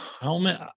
helmet